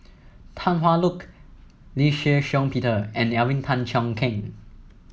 Tan Hwa Look Lee Shih Shiong Peter and Alvin Tan Cheong Kheng